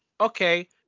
okay